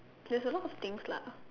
there's a lot of things lah